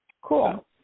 Cool